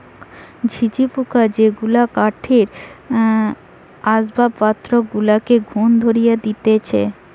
ঝিঝি পোকা যেগুলা কাঠের আসবাবপত্র গুলাতে ঘুন ধরিয়ে দিতেছে